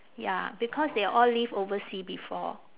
ya because they all live overseas before